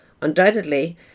Undoubtedly